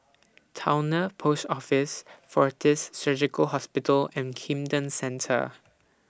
Towner Post Office Fortis Surgical Hospital and Camden Centre